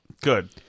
Good